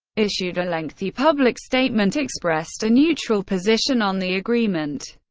issued a lengthy public statement expressed a neutral position on the agreement.